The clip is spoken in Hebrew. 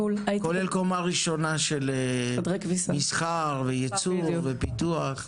כולל קומה ראשונה של מסחר, וייצור, ופיתוח.